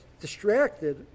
distracted